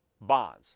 bonds